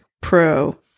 Pro